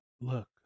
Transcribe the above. Look